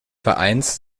vereins